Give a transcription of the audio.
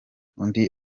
undi